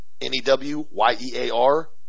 N-E-W-Y-E-A-R